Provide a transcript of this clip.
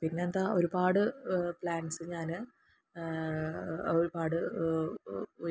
പിന്നെന്താ ഒരുപാട് പ്ലാന്സ് ഞാൻ ഒരുപാട്